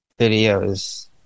Videos